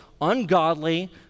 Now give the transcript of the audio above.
ungodly